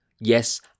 Yes